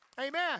Amen